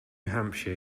hampshire